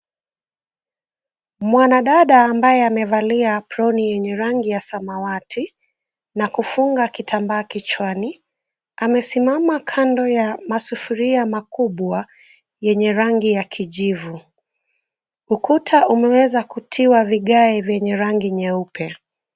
Mwanadada ambaye amevalia aproni yenye rangi ya samawati na kufunga kitambaa kichwani, amesimama kando ya masufuria makubwa yenye rangi ya kijivu. Ukuta umeweza kutiwa vigae vyenye rangi nyeupe.